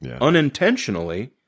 unintentionally